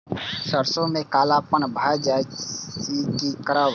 सरसों में कालापन भाय जाय इ कि करब?